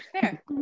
fair